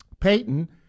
Peyton